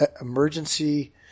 emergency